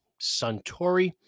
Suntory